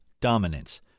dominance